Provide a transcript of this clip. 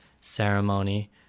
ceremony